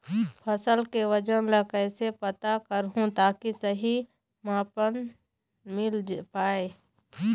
फसल के वजन ला कैसे पता करहूं ताकि सही मापन मील पाए?